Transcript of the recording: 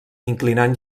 inclinant